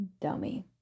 Dummy